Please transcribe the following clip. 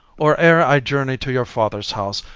or ere i journey to your father's house.